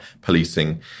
policing